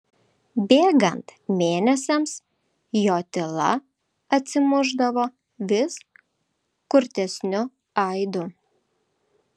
bėgant mėnesiams jo tyla atsimušdavo vis kurtesniu aidu